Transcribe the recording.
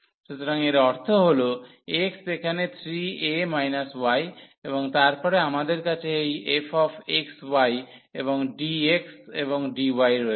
সুতরাং এর অর্থ হল x এখানে 3a y এবং তারপরে আমাদের কাছে এই fxy এবং dx এবং dy রয়েছে